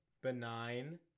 Benign